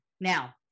Now